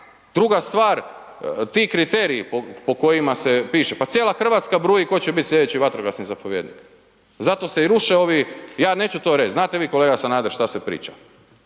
Druga stvar, ti kriteriji po kojima se piše, pa cijela RH bruja ko će bit slijedeći vatrogasni zapovjednik, zato se i ruše ovi, ja neću to reć, znate vi kolega Sanader šta se priča,